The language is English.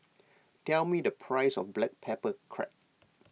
tell me the price of Black Pepper Crab